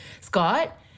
Scott